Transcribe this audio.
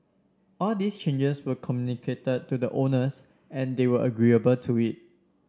all these changes were communicated to the owners and they were agreeable to it